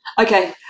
okay